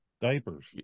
Diapers